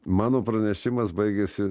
mano pranešimas baigėsi